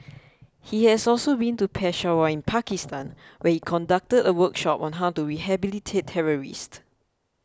he has also been to Peshawar in Pakistan where he conducted a workshop on how to rehabilitate terrorists